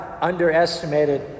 underestimated